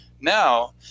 Now